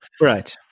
right